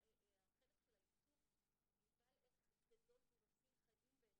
החלק של האיתור הוא בעל ערך גדול והוא מציל חיים בעיניי.